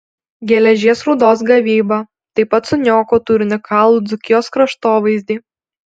geležies rūdos gavyba taip pat suniokotų ir unikalų dzūkijos kraštovaizdį